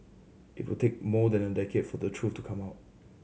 it would take more than a decade for the truth to come out